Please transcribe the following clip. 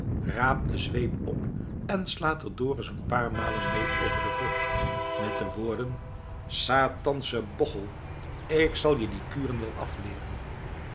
raapt de zweep op en slaat er dorus een paar malen mee over den rug met de woorden satansche bochel ik zal je die kuren wel afleeren